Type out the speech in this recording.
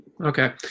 Okay